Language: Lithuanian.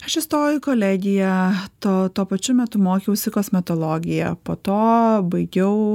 aš įstojau į kolegiją to tuo pačiu metu mokiausi kosmetologiją po to baigiau